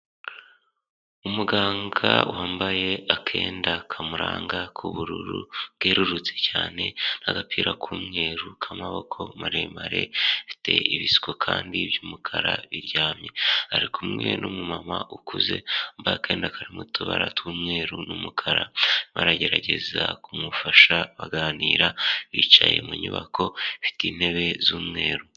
Umuganga wambaye akenda kamuranga k'ubururu bwerurutse cyane, agapira k'umweru k'amaboko maremare, afite ibisuko kandi by'umukara biryamye, ari kumwe n'umumama ukuze wambaye akenda karimo utubara tw'umweru n'umukara, baragerageza kumufasha baganira bicaye mu nyubako ifite intebe z'umweru.